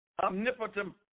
omnipotent